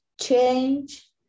change